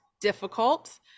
difficult